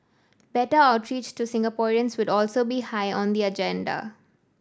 better outreach to Singaporeans would also be high on the agenda